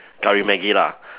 curry Maggi lah